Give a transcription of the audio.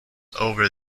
over